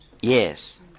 Yes